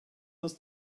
das